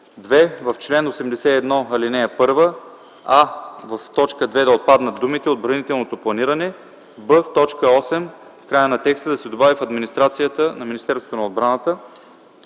2. В чл. 81, ал. 1: а) в т. 2 да отпаднат думите „отбранителното планиране”. б) в т. 8 в края на текста да се добави „в администрацията на Министерството на отбраната”.